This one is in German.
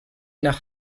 nach